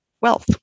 wealth